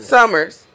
Summers